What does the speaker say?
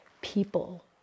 people